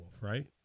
right